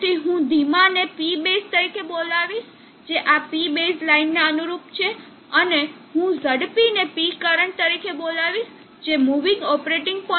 તેથી હું ધીમાં ને P બેઝ તરીકે બોલાવીશ જે આ P બેઝ લાઇનને અનુરૂપ છે અને હું ઝડપીને P કરંટ તરીકે બોલાવીશ જે મૂવિંગ ઓપરેટિંગ પોઇન્ટ ડોટ ને અનુરૂપ છે